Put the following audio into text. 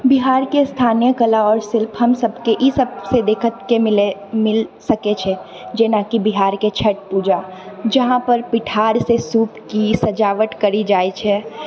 बिहारके स्थानीय कला आओर शिल्प हमसभके ईसभसे देखत के मिलय मिल सकैत छै जेनाकि बिहारके छठ पूजा जहाँ पर पिठारसँ सूपके सजावट करी जाय छै